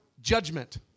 judgment